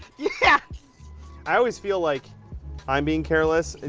yeah i always feel like i'm being careless. and